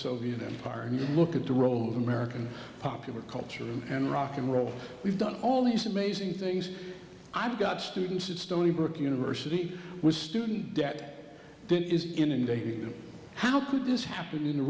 soviet empire and you look at the role of american popular culture and rock and roll we've done all these amazing things i've got students at stony brook university with student debt that is inundated how could this happen in the